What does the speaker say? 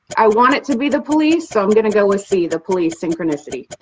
i want it to be the police. so i'm gonna go and see the police. synchronicity